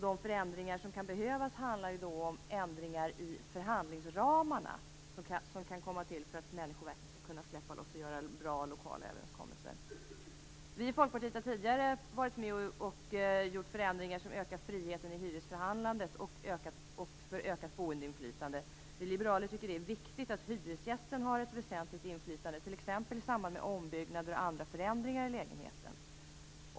Det förändringar som kan behövas är ändringar i förhandlingsramarna. Det skulle innebära att människor verkligen kunde släppa loss och uppnå bra lokala överenskommelser. Vi i Folkpartiet har tidigare varit med och infört förändringar som ökat friheten i hyresförhandlandet och ökat boendeinflytandet. Vi liberaler tycker att det är viktigt att hyresgästen har ett väsentligt inflytande, t.ex. i samband med ombyggnader och andra förändringar av lägenheten.